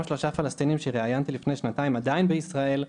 שלושה פלסטינים שראיינתי לפני שנתיים עדיין בישראל,